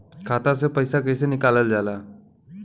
खाता से पैसा कइसे निकालल जाला?